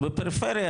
בפריפריה,